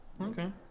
Okay